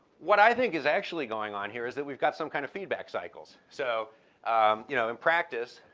what i think is actually going on here is that we've got some kind of feedback cycles. so um you know in practice,